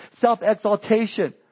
self-exaltation